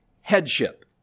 headship